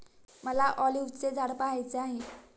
मला ऑलिव्हचे झाड पहायचे आहे